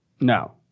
No